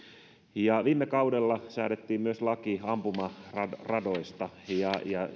viime kaudella säädettiin myös laki ampumaradoista ja ja